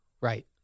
Right